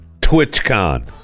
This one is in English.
TwitchCon